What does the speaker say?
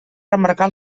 remarcar